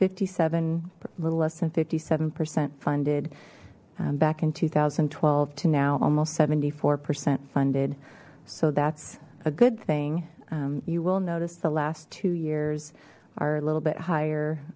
fifty seven a little less than fifty seven percent funded back in two thousand and twelve to now almost seventy four percent funded so that's a good thing you will notice the last two years are a little bit higher